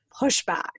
pushback